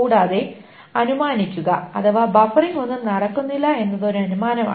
കൂടാതെ അനുമാനിക്കുക അഥവാ ബഫറിംഗ് ഒന്നും നടക്കുന്നില്ല എന്നത് ഒരു അനുമാനമാണ്